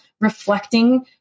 reflecting